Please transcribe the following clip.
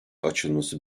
açılması